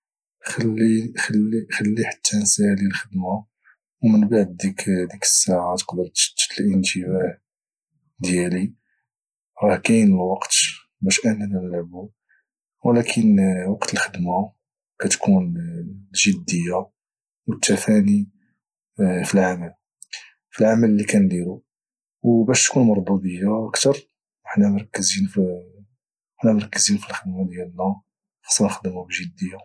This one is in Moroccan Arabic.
خليني عفاك نخدم لحقاش الخدمة مفيهاش اللعب او ضروري خاصني نسالي الخدمة اليوم فالى بغيتي نلعبو كتر خلي حتى نسالي الخدمة او من بعد ديك الساعة تقدر تشتت الإنتباه ديالي راه كاين القوت باش اننا لعبو ولكن وقت الخدمة كتكون الجدية والتفاني في العمل اللي كنديرو باش تكون مردودية كتر وحنا مركزين في الخدمة ديالنا خصنا نخدمة بجدية